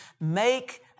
Make